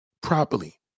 properly